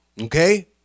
Okay